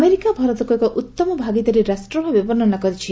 America ଭାରତକୁ ଏକ ଉତ୍ତମ ଭାଗିଦାରୀ ରାଷ୍ଟ୍ର ଭାବେ ବର୍ଷନା କରିଛି